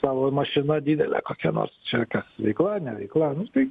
savo mašina didele kokia nors čia kas veikla ne veikla nu tai